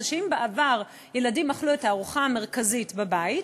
אם בעבר ילדים אכלו את הארוחה המרכזית בבית,